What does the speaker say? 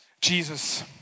Jesus